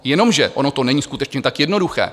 Jenomže ono to není skutečně tak jednoduché.